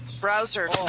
Browser